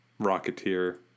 Rocketeer